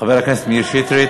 חבר הכנסת מאיר שטרית.